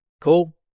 Cool